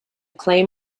claim